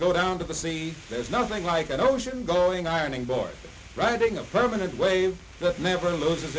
to go down to the sea there's nothing like an ocean going ironing board writing a permanent wave that never lose